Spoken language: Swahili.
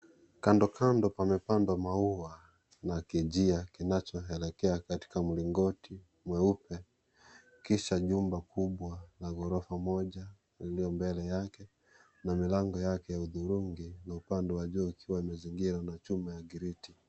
Kando kando pamepandwa maua na kejia kinacho elekea katika mlingoti mweupe ,kisha nyumba kubwa la ghorofa moja iliyo mbele yake na milango yake hudhurungi kwa upande wa juu ikiwa imezinhirwa na chuma ya kriti.